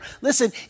Listen